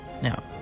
Now